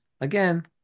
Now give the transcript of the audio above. Again